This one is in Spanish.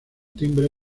timbre